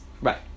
Right